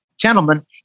gentlemen